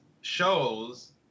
shows